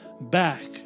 back